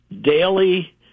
daily